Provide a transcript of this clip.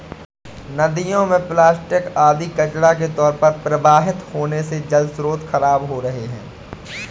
नदियों में प्लास्टिक आदि कचड़ा के तौर पर प्रवाहित होने से जलस्रोत खराब हो रहे हैं